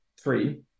three